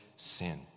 sin